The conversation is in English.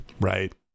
right